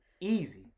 easy